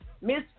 miss